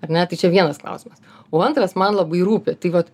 ar ne tai čia vienas klausimas o antras man labai rūpi tai vot